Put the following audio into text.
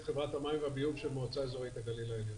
חברת המים והביוב של מועצה אזורית הגליל העליון.